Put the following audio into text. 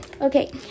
Okay